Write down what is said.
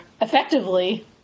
effectively